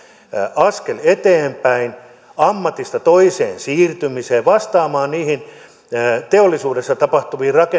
askel eteenpäin ammatista toiseen siirtymiseen vastaamaan teollisuudessa tapahtuviin